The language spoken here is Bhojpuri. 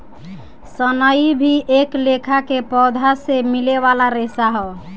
सनई भी एक लेखा के पौधा से मिले वाला रेशा ह